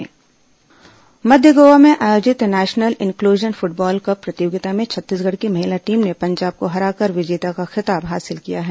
महिला फूटबॉल मध्य गोवा में आयोजित नेशनल इनक्लुसन फुटबॉल कप प्रतियोगिता में छत्तीसगढ़ की महिला टीम ने पंजाब को हराकर विजेता का खिताब हासिल किया है